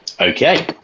Okay